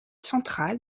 centrales